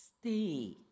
Stay